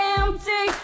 empty